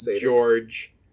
george